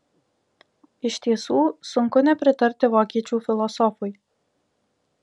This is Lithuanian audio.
iš tiesų sunku nepritarti vokiečių filosofui